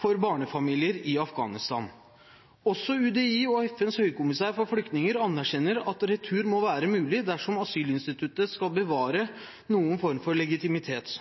for barnefamilier til Afghanistan. Også UDI og FNs høykommissær for flyktninger anerkjenner at retur må være mulig dersom asylinstituttet skal bevare noen form for legitimitet.